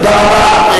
תודה רבה.